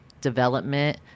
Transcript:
development